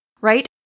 Right